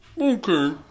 Okay